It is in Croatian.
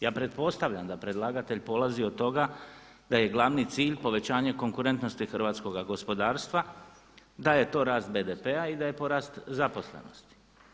Ja pretpostavljam da predlagatelj polazi od toga da je glavni cilj povećanje konkurentnosti hrvatskoga gospodarstva, da je to rast BDP-a i da je porast zaposlenosti.